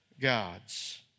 gods